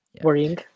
worrying